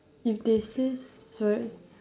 if they say so~